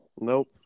Nope